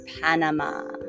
Panama